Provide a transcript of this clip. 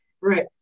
Right